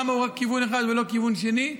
למה הוא רק בכיוון אחד ולא בכיוון שני?